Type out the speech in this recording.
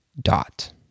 dot